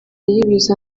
y’ibiza